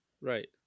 right